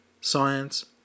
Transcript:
Science